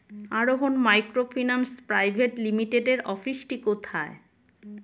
আরোহন microfinance private লিমিটেডের অফিসটি কোথায়?